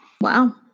Wow